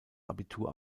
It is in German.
abitur